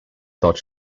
thought